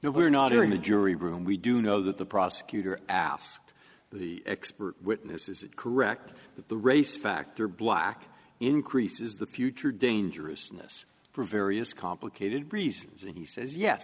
no we're not hearing the jury room we do know that the prosecutor asked the expert witness is it correct that the race factor black increases the future dangerousness for various complicated reasons and he says yes